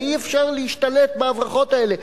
ואי-אפשר להשתלט על ההברחות האלה.